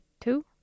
two